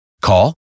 Call